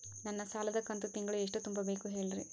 ನನ್ನ ಸಾಲದ ಕಂತು ತಿಂಗಳ ಎಷ್ಟ ತುಂಬಬೇಕು ಹೇಳ್ರಿ?